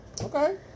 Okay